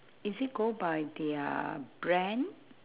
is it go by their brand